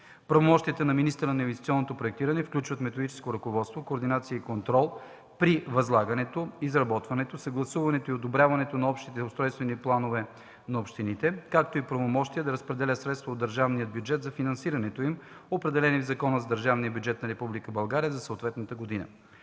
Правомощията на министъра на инвестиционното проектиране включват методическо ръководство, координация и контрол при възлагането, изработването, съгласуването и одобряването на новите общи устройствени планове на общините, както и правомощието да разпределя средствата от държавния бюджет за финансирането им, определени в закона за държавния бюджет на Република България за съответната година.